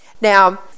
Now